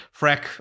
Freck